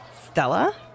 Stella